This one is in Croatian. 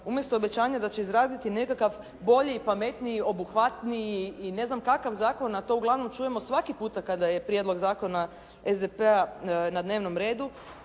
umjesto obećanja da će izraditi nekakav bolji i pametniji, obuhvatniji i ne znam kakav zakon a to uglavnom čujemo svaki puta kada je prijedlog zakona SDP-a na dnevnom redu,